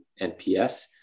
NPS